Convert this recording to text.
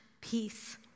peace